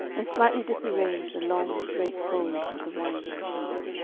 and slightly disarrange the long straight folds of the winding-sheet.